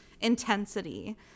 intensity